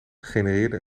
genereerde